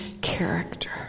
character